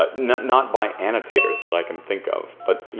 ah not not by annotators that i can think of, but, you